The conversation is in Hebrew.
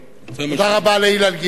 תודה רבה לאילן גילאון.